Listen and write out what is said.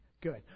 good